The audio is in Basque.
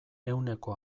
ehuneko